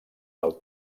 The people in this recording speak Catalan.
del